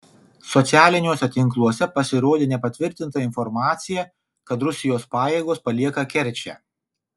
socialiniuose tinkluose pasirodė nepatvirtinta informacija kad rusijos pajėgos palieka kerčę